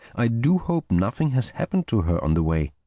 i do hope nothing has happened to her on the way.